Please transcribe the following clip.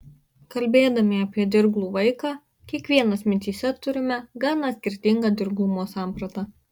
kalbėdami apie dirglų vaiką kiekvienas mintyse turime gana skirtingą dirglumo sampratą